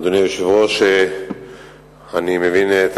אדוני היושב-ראש, אני מבין את